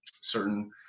certain